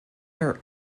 are